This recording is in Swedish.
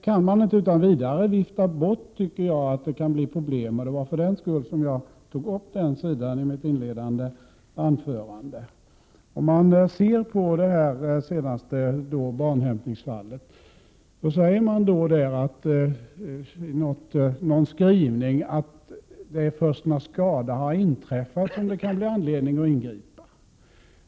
Man kan inte utan vidare vifta bort att det i vissa fall kan bli problem, och det var för den skull som jag tog upp den sidan i mitt inledningsanförande. Beträffande det senaste fallet med hämtning av barn säger man i någon skrivning att det är först när skada har inträffat som det kan bli anledning att ingripa.